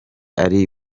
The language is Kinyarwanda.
ari